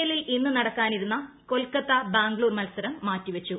എല്ലിൽ ഇന്ന് നടക്കാനിരുന്ന കൊൽക്കത്ത ബാംഗ്ലൂർ മത്സരം മാറ്റിവച്ചു